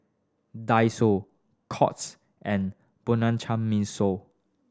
Daiso Courts and Bianco Mimosa